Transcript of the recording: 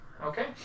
Okay